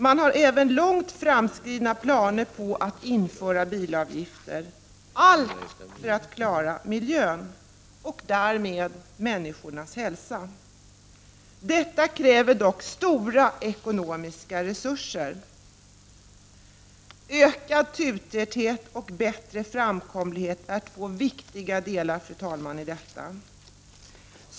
Man har även långt framskridna planer på att införa bilavgifter, allt för att klara miljön och därmed människornas hälsa. Detta kräver dock stora ekonomiska resurser. Ökad turtäthet och bättre framkomlighet är två viktiga delar i detta. Fru talman!